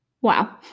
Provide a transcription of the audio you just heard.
Wow